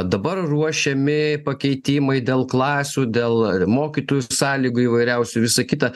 dabar ruošiami pakeitimai dėl klasių dėl mokytojų sąlygų įvairiausių visa kita